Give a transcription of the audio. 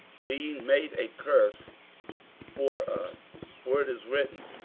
being made a curse for us for it is written,